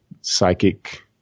psychic